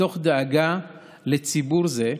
מתוך דאגה לציבור זה,